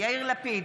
יאיר לפיד,